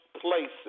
places